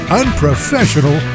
unprofessional